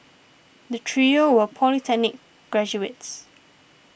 the trio were polytechnic graduates